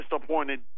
disappointed